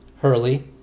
Hurley